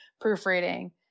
proofreading